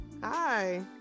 Hi